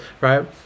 Right